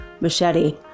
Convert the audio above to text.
machete